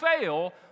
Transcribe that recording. fail